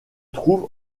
trouve